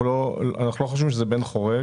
אנחנו לא חושבים שזה בן חורג.